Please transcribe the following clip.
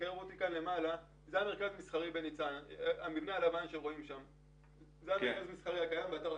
הנקודתי הזה הוא מקרה שמבחינתנו הפיצוי שמגיע למר'